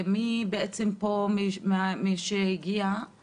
מי מאלה שהגיעו